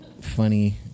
funny